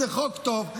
זה חוק טוב.